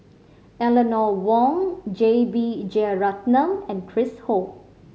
Eleanor Wong J B Jeyaretnam and Chris Ho